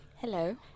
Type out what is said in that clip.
Hello